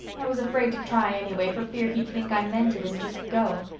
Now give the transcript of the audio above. i was afraid to try, anyway, for fear he'd think i meant it and just go.